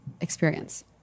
experience